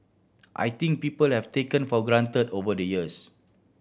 I think people have taken for granted over the years